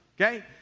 okay